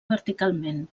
verticalment